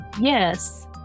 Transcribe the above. Yes